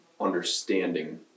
understanding